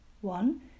One